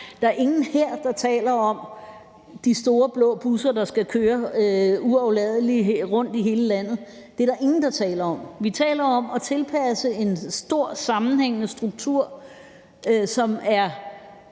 Der er ingen her, der taler om de store blå busser, der uafladelig skal køre rundt i hele landet. Det er der ingen, der taler om. Vi taler om at tilpasse en stor sammenhængende struktur, som er